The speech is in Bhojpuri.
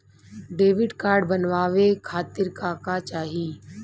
डेबिट कार्ड बनवावे खातिर का का चाही?